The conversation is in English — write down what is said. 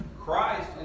Christ